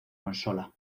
consola